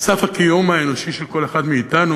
סף הקיום האנושי של כל אחד מאתנו,